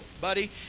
buddy